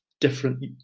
different